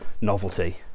novelty